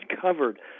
covered